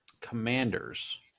Commanders